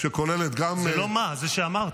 שכוללת גם ----- זה לא מה, זה שאמרת.